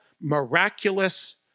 miraculous